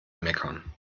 meckern